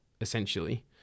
essentially